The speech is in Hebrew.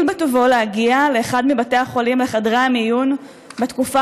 בטובו להגיע לאחד מבתי החולים ולחדרי המיון בתקופה